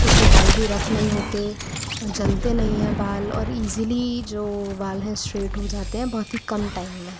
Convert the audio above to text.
उस से बाल बी रफ़ नहीं होते जलते नहीं हैं बाल और ईज़िली जो बाल हैं इश्ट्रेट हो जाते हैं बहुत ही कम टाइम में